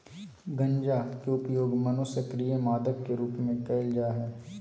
गंजा के उपयोग मनोसक्रिय मादक के रूप में कयल जा हइ